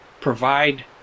provide